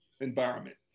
environment